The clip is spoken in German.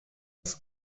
das